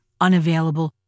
unavailable